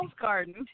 garden